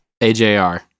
AJR